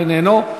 איננו,